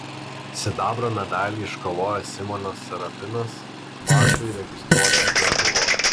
sidabro medalį iškovojęs simonas serapinas mačui registruotas nebuvo